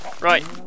Right